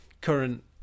current